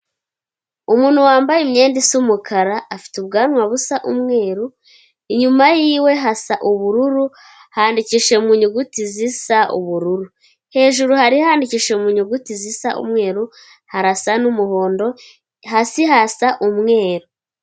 Umuntu wambaye imyenda isa umukara afite ubwanwa busa umweru, inyuma yiwe hasa ubururu, handikishije mu nyuguti zisa ubururu, hejuru hari handikishije mu nyuguti zisa umweru, harasa n'umuhondo, hasi hasa umweru.